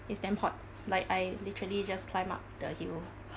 it's damn hot like I literally just climb up the hill